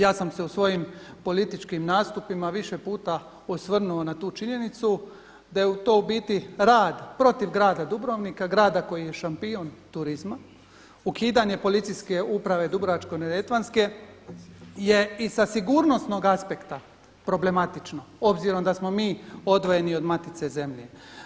Ja sam se u svojim političkim nastupima više puta osvrnuo na tu činjenicu da je to u biti rad protiv grada Dubrovnika, grada koji je šampion turizma, ukidanje policijske uprave Dubrovačko-neretvanske je i sa sigurnosnog aspekta problematično obzirom da smo mi odvojeni od matice zemlje.